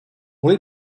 will